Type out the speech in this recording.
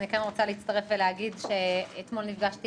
אני כן רוצה להצטרף ולהגיד שאתמול נפגשתי